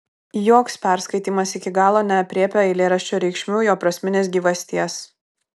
joks perskaitymas iki galo neaprėpia eilėraščio reikšmių jo prasminės gyvasties